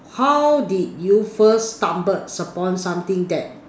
how did you first stumbled upon something that